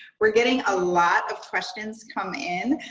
we're getting a lot of questions come in.